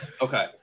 Okay